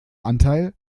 anteil